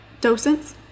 docents